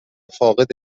فاقد